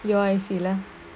you are a lah